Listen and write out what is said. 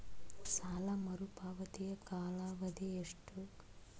ಸಾಲ ಮರುಪಾವತಿಯ ಕಾಲಾವಧಿ ಎಷ್ಟು?